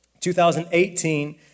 2018